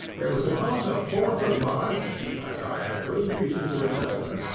it was upon the fourth of march, as i have good reason to remember,